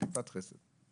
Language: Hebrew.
רדיפת חסד.